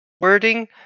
wording